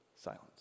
silence